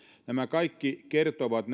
nämä kaikki toimet kertovat